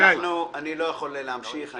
לא יכול להמשיך.